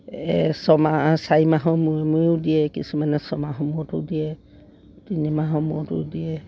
এই ছমাহ চাৰি মাহৰ মূৰে মূৰেও দিয়ে কিছুমানে ছমাহৰ মূৰতো দিয়ে তিনিমাহৰ মূৰতো দিয়ে